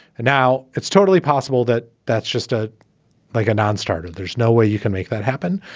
and now it's totally possible that that's just a like a non-starter. there's no way you can make that happen.